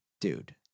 Dude